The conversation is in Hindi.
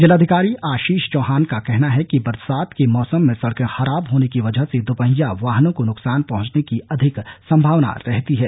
जिलाधिकारी आ ीष चौहान का कहना है कि बरसात के मौसम में सड़के खराब होने की वजह से द्वपहिया वाहनों को नुकसान पहुंचने की अधिक संभावना रहती है